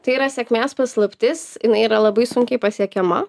tai yra sėkmės paslaptis jinai yra labai sunkiai pasiekiama